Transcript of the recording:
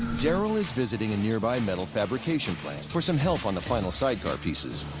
daryl is visiting a nearby metal fabrication plant for some help on the final sidecar pieces.